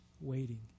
waiting